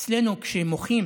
אצלנו כשמוחים